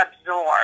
absorb